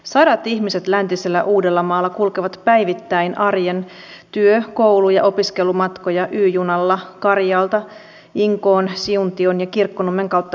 sadat ihmiset läntisellä uudellamaalla kulkevat päivittäin arjen työ koulu ja opiskelumatkoja y junalla karjaalta inkoon siuntion ja kirkkonummen kautta helsinkiin